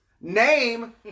Name